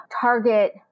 target